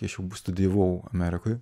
kai aš jau studijavau amerikoje